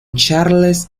charles